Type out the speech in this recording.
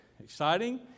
exciting